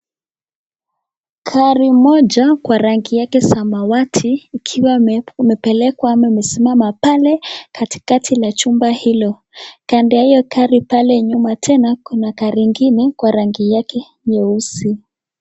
Gari moja kwa rangi yake samawati ikiwa imepelekwa ama imesimama pale katikati la chumba hilo, kando ya hiyo gari pale nyuma tena kuna gari ingine kwa rangi yake nyeusi.